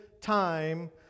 time